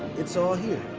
it's all here.